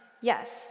yes